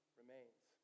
remains